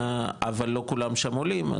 אבל לא כולם שם עולים,